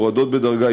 הורדות בדרגה,